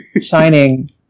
Shining